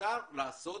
אפשר לעשות